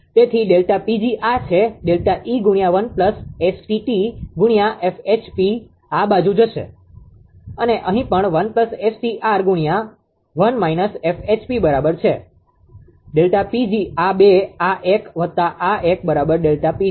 તેથી ΔPg આછે ΔE ગુણ્યા 1 𝑆𝑇𝑡 ગુણ્યા 𝐹𝐻𝑃 આ બાજુ જશે અને અહીં પણ1 𝑆𝑇𝑟 ગુણ્યા બરાબર છે ΔPg આ બે આ એક વત્તા આ એક બરાબર ΔPgછે